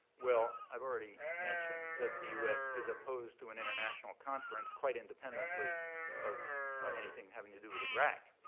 well, i've already mentioned that the us is opposed to an international conference quite independently of anything having to do with iraq.